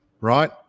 Right